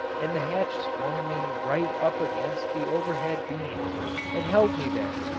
and the hatch swung me right up against the overhead beams and held me there,